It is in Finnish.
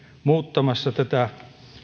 muuttamassa tätä